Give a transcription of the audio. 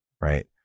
right